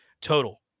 total